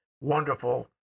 wonderful